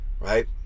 right